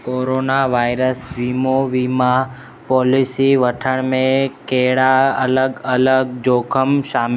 corona virus वीमो वीमा policy वठण में कहिड़ा अलॻि अलॻि जोख़िम शामिलु